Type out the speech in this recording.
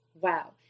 Wow